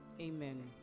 amen